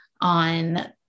on